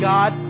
God